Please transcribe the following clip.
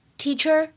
teacher